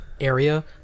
area